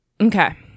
okay